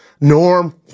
Norm